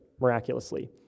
miraculously